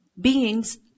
beings